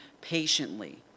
patiently